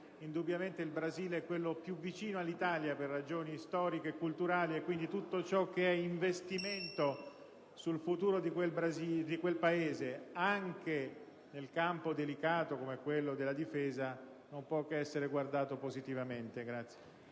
indubbiamente il Brasile è quello più vicino all'Italia per ragioni storiche e culturali, e quindi tutto ciò che è investimento sul futuro di quel Paese, anche in un campo delicato come quello della difesa, non può che essere guardato positivamente.